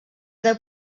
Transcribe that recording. deu